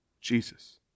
Jesus